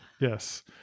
Yes